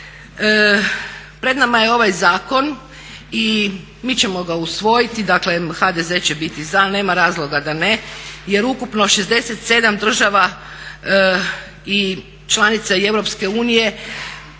Pred nama je ovaj zakon i mi ćemo ga usvojiti, dakle HDZ će biti za, nema razloga da ne jer ukupno 67 država i članica i